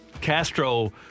Castro